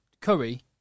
Curry